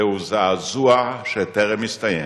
זהו זעזוע שטרם הסתיים.